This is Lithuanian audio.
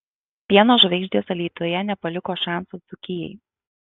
pieno žvaigždės alytuje nepaliko šansų dzūkijai